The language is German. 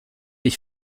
ich